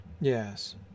Yes